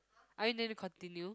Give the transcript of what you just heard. are you intending to continue